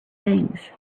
things